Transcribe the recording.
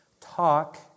talk